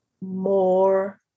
more